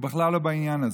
הוא בכלל לא בעניין הזה.